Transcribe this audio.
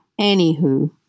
Anywho